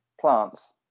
plants